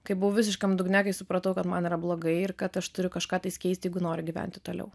kai buvau visiškam dugne kai supratau kad man yra blogai ir kad aš turiu kažką tai keisti jeigu noriu gyventi toliau